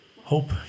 hope